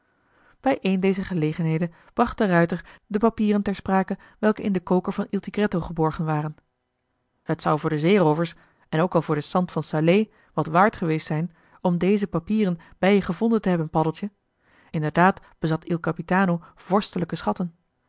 bij een dezer gelegenheden bracht de ruijter de papieren ter sprake welke in den koker van il tigretto geborgen waren het zou voor de zeeroovers en ook wel voor den sant van salé wat waard geweest zijn om deze papieren bij je gevonden te hebben paddeltje inderdaad bezat il capitano vorstelijke schatten